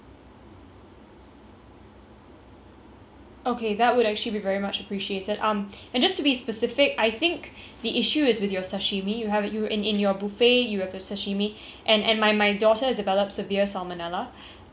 okay that would actually be very much appreciated um and just to be specific I think the issue is with your sashimi you have you in in your buffet you have the sashimi and and my my daughter's develop severe salmonella um and and she's actually been hospitalised for this